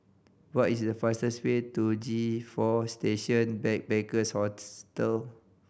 what is the fastest way to G Four Station Backpackers Hostel